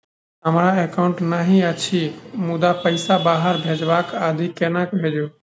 हमरा एकाउन्ट नहि अछि मुदा पैसा बाहर भेजबाक आदि केना भेजू?